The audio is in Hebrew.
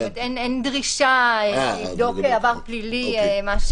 אין דרישה לבדוק עבר פלילי.